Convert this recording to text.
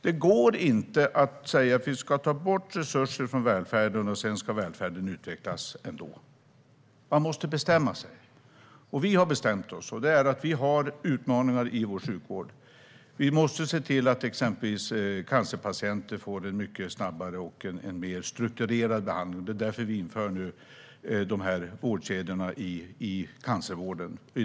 Det går inte att säga att vi ska ta bort resurser från välfärden och att välfärden sedan ska utvecklas ändå. Man måste bestämma sig. Vi har bestämt oss. Vi har utmaningar i vår sjukvård. Vi måste se till att exempelvis cancerpatienter får en mycket snabbare och en mer strukturerad behandling. Det är därför vi nu inför vårdkedjorna i cancervården.